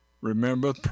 Remember